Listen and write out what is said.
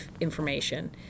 information